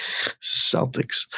Celtics